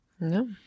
No